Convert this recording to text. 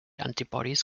antibodies